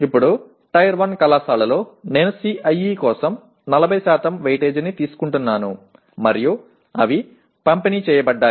ఇప్పుడు టైర్ 1 కళాశాలలో నేను CIE కోసం 40 వెయిటేజీని తీసుకుంటున్నాను మరియు అవి పంపిణీ చేయబడ్డాయి